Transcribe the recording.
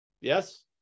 Yes